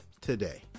today